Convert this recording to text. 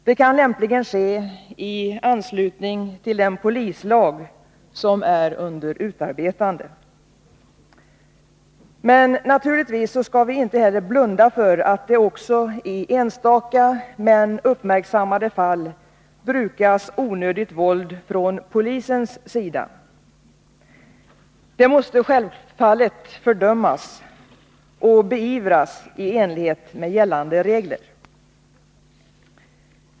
Det kan lämpligen ske i anslutning till den polislag som är under utarbetande. Naturligtvis skall vi inte heller blunda för att det också i enstaka men uppmärksammade fall brukas onödigt våld från polisens sida. Det måste självfallet fördömas och beivras i enlighet med gällande regler.